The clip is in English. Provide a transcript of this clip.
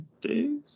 days